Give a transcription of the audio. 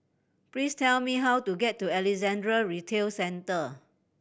please tell me how to get to Alexandra Retail Centre